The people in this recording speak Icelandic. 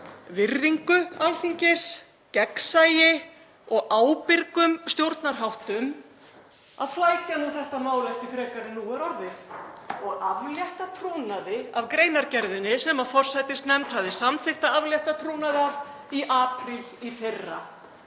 virðingu Alþingis, gegnsæi og ábyrgum stjórnarháttum og flækja nú þetta mál ekki frekar en nú er orðið og aflétta trúnaði af greinargerðinni sem forsætisnefnd hafði samþykkt að aflétta trúnaði af í apríl í fyrra.